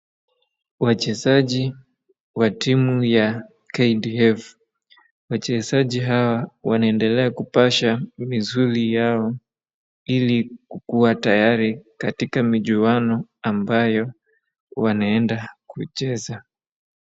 Wachezaji wa timu ya KDF. Wachezaji hawa wanaendelea kupasha misuli yao ili kukuwa tayari katika michuano ambayo wanaenda kucheza.